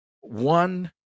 one